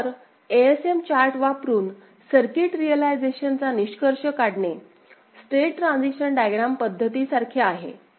तर ASM chart वापरुन circuit रियालिझेशनचा निष्कर्ष काढणे स्टेट ट्रान्झिशन डायग्रॅमपध्दती सारखे आहे